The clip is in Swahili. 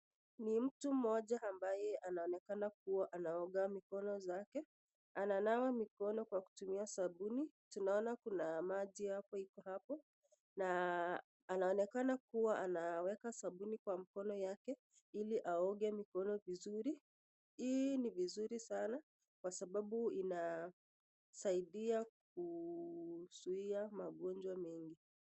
Ni mtu mmoja ambaye anaonekana kuwa anaoga mikono zake. Ananawa mikono kwa kutumia sabuni. Tunaona kuna maji hapo iko hapo. Na anaonekana kuwa anaweka sabuni kwa mkono yake ili aoge mikono vizuri. Hii ni vizuri sana kwa sababu inasaidia kuzuia magonjwa mengi.